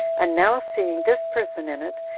and now seeing this person in it,